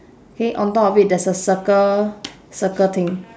K on top of it there's a circle circle thing